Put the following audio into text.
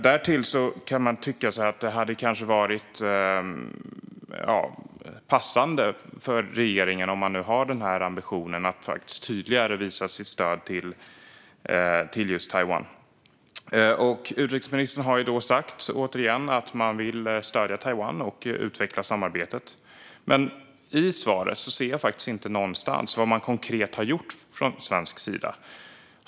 Därtill kan man tycka att det hade varit passande för regeringen, om man nu har den här ambitionen, att tydligare visa sitt stöd för Taiwan. Utrikesministern har ju sagt, återigen, att man vill stödja Taiwan och utveckla samarbetet. Men i svaret hör jag faktiskt inte något om vad man konkret har gjort från svensk sida.